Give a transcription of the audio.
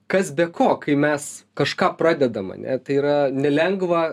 kas be ko kai mes kažką pradedam ane tai yra nelengva